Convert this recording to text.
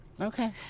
Okay